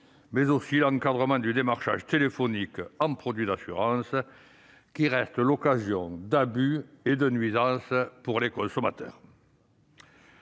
mais aussi l'encadrement du démarchage téléphonique en produits d'assurance, qui reste l'occasion d'abus et de nuisances pour les consommateurs.